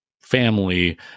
family